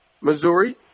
Missouri